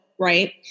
right